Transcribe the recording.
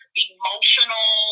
emotional